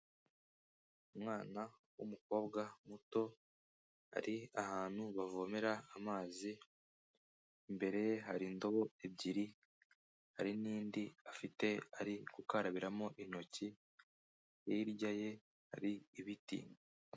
Umwana w'umukobwa muto, ari ahantu bavomera amazi, imbere ye hari indobo ebyiri, hari n'indi afite ari gukarabiramo intoki, hirya ye hari ibiti.